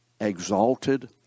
Exalted